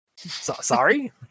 Sorry